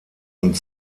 und